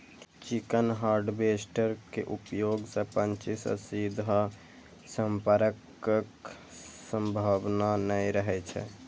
chicken harvester के उपयोग सं पक्षी सं सीधा संपर्कक संभावना नै रहै छै